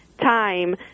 time